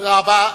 תודה רבה.